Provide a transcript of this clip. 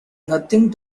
nothing